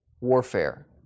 warfare